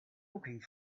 looking